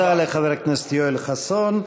תודה לחבר הכנסת יואל חסון.